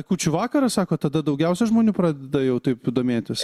kūčių vakarą sakot tada daugiausia žmonių pradeda jau taip domėtis